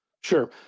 Sure